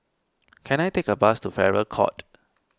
can I take a bus to Farrer Court